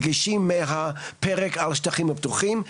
דגשים מהפרק על השטחים הפתוחים.